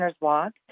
walk